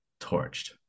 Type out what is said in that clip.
torched